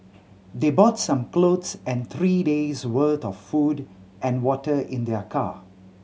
they brought some clothes and three days' worth of food and water in their car